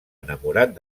enamorat